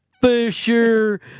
Fisher